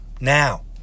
now